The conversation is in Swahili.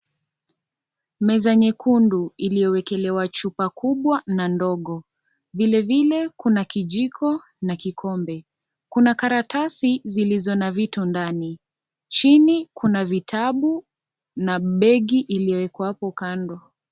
Meza nyekundu iliyowekelewa chupa kubwa na ndogo vile vile kuna kijiko na kikombe, kuna karatasi zilizo na vitu ndani, chini kuna vitabu na begi iliyoekwa hapo kando.